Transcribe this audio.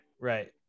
right